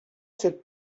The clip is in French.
cette